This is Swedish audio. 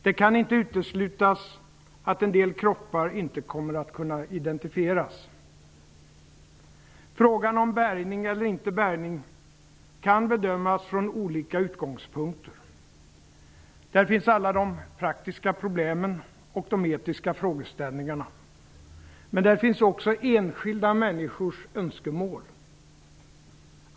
Det kan inte uteslutas att en del kroppar inte kommer att kunna identifieras. Frågan om bärgning eller inte bärgning kan bedömas från olika utgångspunkter. Där finns alla de praktiska problemen och de etiska frågeställningarna, men där finns också enskilda människors önskemål.